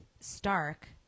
Stark